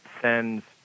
sends